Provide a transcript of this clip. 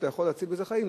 שאתה יכול להציל בזה חיים.